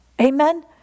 amen